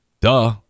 duh